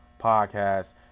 podcast